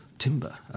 timber